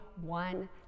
one